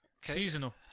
seasonal